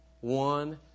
One